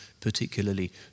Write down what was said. particularly